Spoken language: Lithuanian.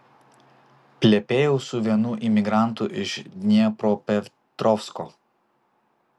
plepėjau su vienu imigrantu iš dniepropetrovsko